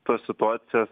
tos situacijos